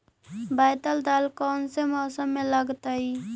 बैतल दाल कौन से मौसम में लगतैई?